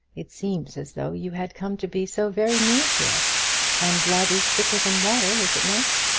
it seems as though you had come to be so very near to us and blood is thicker than water, is it not?